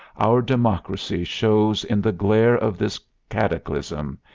our democracy shows in the glare of this cataclysm,